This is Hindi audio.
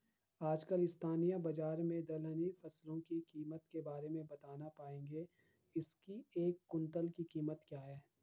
आजकल स्थानीय बाज़ार में दलहनी फसलों की कीमत के बारे में बताना पाएंगे इसकी एक कुन्तल की कीमत क्या है?